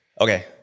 Okay